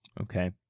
Okay